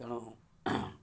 ତେଣୁ